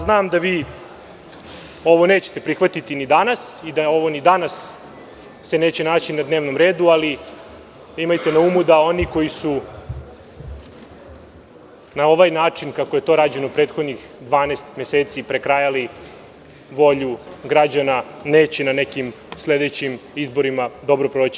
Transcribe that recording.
Znam da vi ovo nećete prihvatiti ni danas i da se ni ovo danas neće naći na dnevnom redu, ali imajte na umu da oni koji su na ovaj način, kako je to rađeno prethodnih 12 meseci, prekrajali volju građana, neće na nekim sledećim izborima dobro proći.